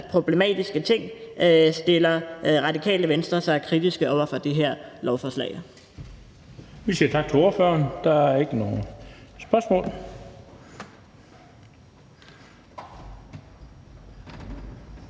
problematiske ting stiller Radikale Venstre sig kritisk over for det her lovforslag.